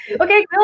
okay